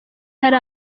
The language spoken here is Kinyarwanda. hari